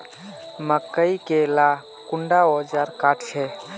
मकई के ला कुंडा ओजार काट छै?